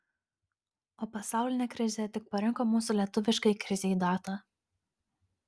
o pasaulinė krizė tik parinko mūsų lietuviškai krizei datą